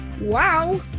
wow